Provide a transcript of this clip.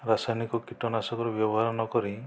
ରାସାୟନିକ କୀଟନାଶକର ବ୍ୟବହାର ନ କରି